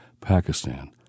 Pakistan